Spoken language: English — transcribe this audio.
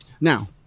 now